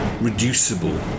reducible